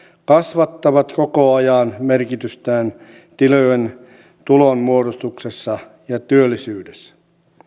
kasvattavat koko ajan merkitystään tilojen tulonmuodostuksessa ja työllisyydessä